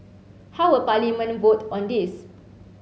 how will Parliament vote on this